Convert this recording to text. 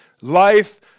life